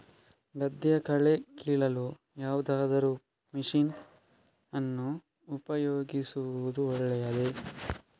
ಗದ್ದೆಯ ಕಳೆ ಕೀಳಲು ಯಾವುದಾದರೂ ಮಷೀನ್ ಅನ್ನು ಉಪಯೋಗಿಸುವುದು ಒಳ್ಳೆಯದೇ?